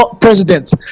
president